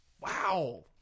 Wow